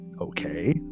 Okay